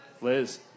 Liz